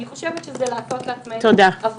אני חושבת שזה לעשות לעצמנו --- תודה רבה.